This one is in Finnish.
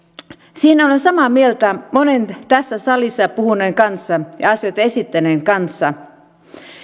siinä olen samaa mieltä monen tässä salissa puhuneen ja asioita esittäneen kanssa